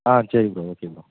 ஆ சரி bro okay bro